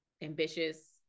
ambitious